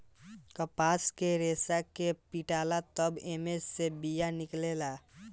कपास के रेसा के पीटाला तब एमे से बिया निकलेला